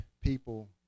people